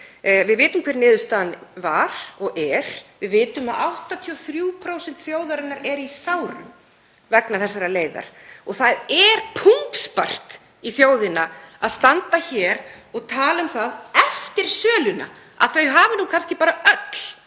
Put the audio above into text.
Við vitum hver niðurstaðan var og er. Við vitum að 83% þjóðarinnar eru í sárum vegna þessarar leiðar. Það er pungspark í þjóðina að standa hér og tala um það eftir söluna að þau hafi kannski bara öll